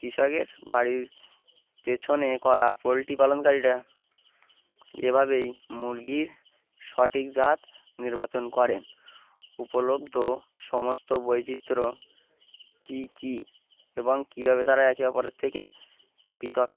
কৃষকের বাড়ির পেছনে করা পোলট্রি পালনকারীরা এভাবেই মুরগির সঠিক জাত নির্বাচন করেন উপলব্ধ সমস্ত বৈচিত্র্য কী কী এবং কীভাবে তারা একে অপরের থেকে পৃথক